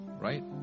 right